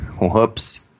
Whoops